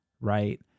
right